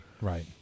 right